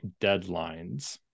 deadlines